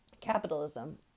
capitalism